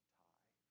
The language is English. tie